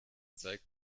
zeigt